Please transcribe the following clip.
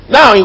Now